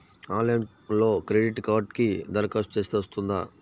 ఆన్లైన్లో క్రెడిట్ కార్డ్కి దరఖాస్తు చేస్తే వస్తుందా?